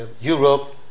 Europe